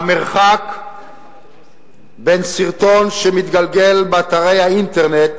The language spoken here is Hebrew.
המרחק בין סרטון שמתגלגל באתרי האינטרנט